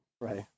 right